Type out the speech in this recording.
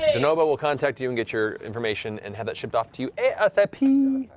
denobo will contact you and get your information and have that shipped off to you asap,